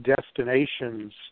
destinations